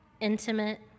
intimate